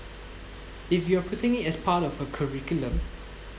if you are putting it as part of a curriculum